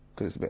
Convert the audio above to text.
cause but